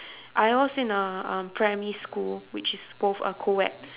I was in a uh primary school which is both co-ed